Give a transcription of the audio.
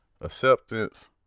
acceptance